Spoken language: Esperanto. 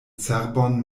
cerbon